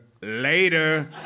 later